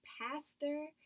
pastor